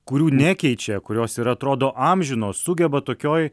kurių nekeičia kurios ir atrodo amžinos sugeba tokioj